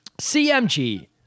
CMG